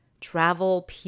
travel